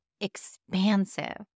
expansive